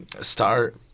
start